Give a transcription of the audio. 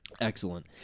Excellent